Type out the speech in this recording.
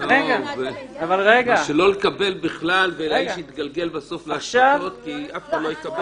לא לקבל בכלל והאיש התגלגל בסוף לאשפתות כי אף אחד לא יקבל אותו.